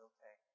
Okay